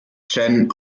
jen